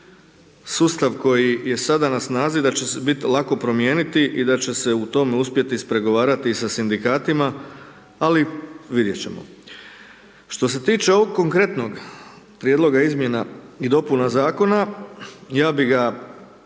sustav koji je sada na snazi, da će se lako promijeniti i da će se u tome uspjeti ispregovarati sa sindikatima ali vidjet ćemo. Što se tiče ovog konkretnog prijedloga izmjena i dopuna zakona, ja bi ga